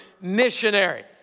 missionary